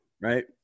right